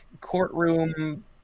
courtroom